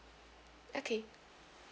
okay